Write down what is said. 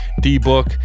D-Book